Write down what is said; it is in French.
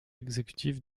exécutif